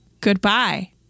Goodbye